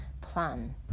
plan